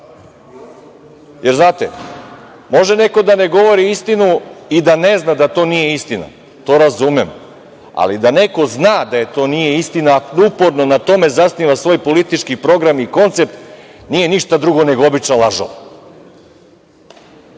Jer, znate, može neko da ne govori istinu i da ne zna da to nije istina, to razumem, ali da neko zna da to nije istina a upravo na tome zasniva svoj politički program i koncept, nije ništa drugo nego običan lažov. Znači